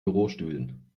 bürostühlen